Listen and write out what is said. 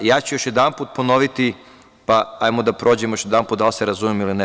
Ja ću još jedanput ponoviti, pa hajde da prođemo još jedanput da li se razumemo ili ne.